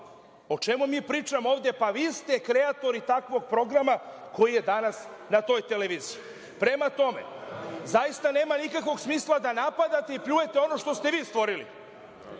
O čemu mi pričamo ovde? Pa, vi ste kreatori takvog programa koji je danas na toj televiziji. Prema tome, zaista nema nikakvog smisla da napadate i pljujete ono što ste vi stvorili.